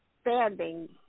standing